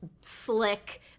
slick